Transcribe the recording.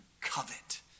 covet